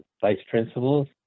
Vice-Principals